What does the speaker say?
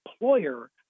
employer